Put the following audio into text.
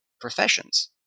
professions